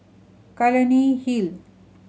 Clunny Hill